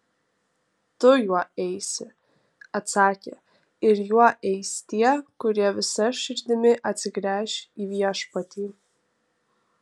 tu juo eisi atsakė ir juo eis tie kurie visa širdimi atsigręš į viešpatį